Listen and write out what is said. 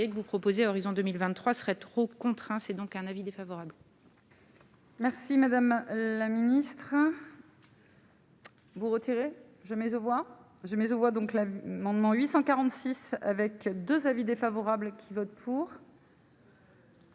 que vous proposez à horizon 2023 serait trop contraint, c'est donc un avis défavorable. Merci madame la ministre, hein. Vous retirez je mais au je, mais voit donc la Mandement 846 avec 2 avis défavorables qui votent pour.